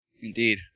Indeed